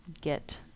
get